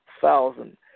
thousand